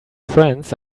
friends